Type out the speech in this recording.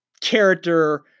character